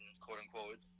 quote-unquote